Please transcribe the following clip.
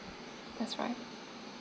that's right